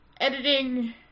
Editing